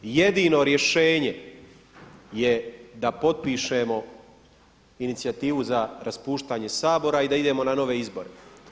Jedino rješenje je da potpišemo inicijativu za raspuštanje Sabora i da idemo na nove izbore.